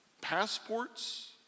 passports